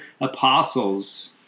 apostles